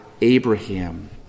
Abraham